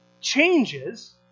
changes